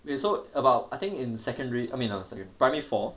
okay so about I think in secondary I mean no sorry in primary four